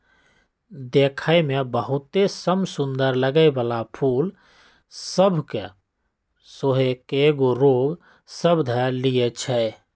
देखय में बहुते समसुन्दर लगे वला फूल सभ के सेहो कएगो रोग सभ ध लेए छइ